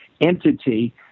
entity